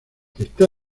está